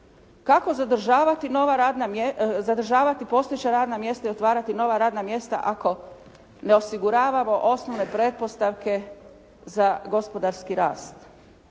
Kako zadržavati postojeća radna mjesta i otvarati nova radna mjesta ako ne osiguravamo osnovne pretpostavke za gospodarski rast.